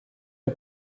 est